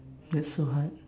that's so hard